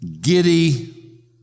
giddy